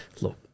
look